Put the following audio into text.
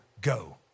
go